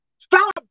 Stop